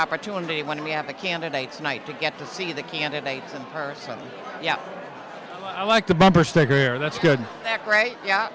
opportunity when we have the candidates night to get to see the candidates in person yeah i like the bumper sticker oh that's good right yeah